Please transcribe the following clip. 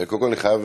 קודם כול, אני חייב,